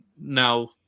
now